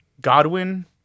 Godwin